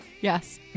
Yes